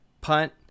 punt